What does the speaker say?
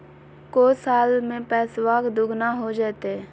को साल में पैसबा दुगना हो जयते?